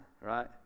right